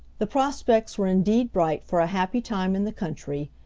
the prospects were indeed bright for a happy time in the country,